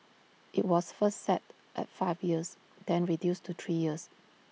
IT was first set at five years then reduced to three years